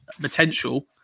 potential